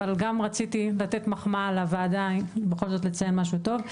אבל גם רציתי לתת מחמאה לוועדה ובכל זאת לציין משהו טוב.